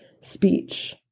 speech